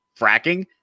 fracking